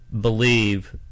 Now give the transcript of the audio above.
believe